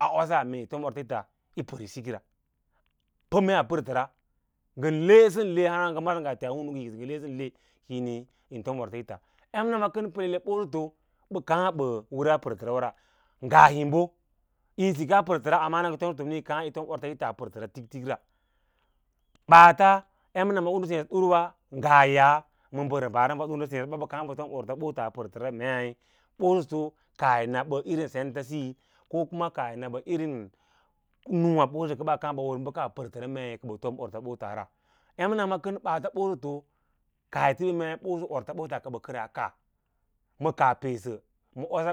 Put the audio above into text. A osa mee yi tom orta ꞌits yi pər yi siki ra to mee pərtəra ngən he sən le a ham ngə masir ngaa tia hunu səss, ngən he kiyi niĩ yi fom ortsꞌits emnama kən pelele bə kaã ɓə wəraa pərtəra wara ngas himbo yin sikas pərt- ara hana ngə fomni yo kaã yi fom orts its a pərtərars tiktik ra ɓaats emnama u ngə seẽ sə dur wa ngaa yaꞌa ms mbə rəmba, rəmba ngən seẽ dəwa ɓə kas’ ɓə tom orts ɓota a pər təra mei ɓosoto kaah yi na ɓə irin sents siyi ko kuma kaah yi na ɓə irin sents siyi ko kuna irín nǔwà a pərtəra mei kə ɓə tom ortsɓota ra. Emnama kən bəaats ɓosoto kaah yi ti ɓəa mei ɓosoto ortaɓota kə ɓə kəraa ma osa,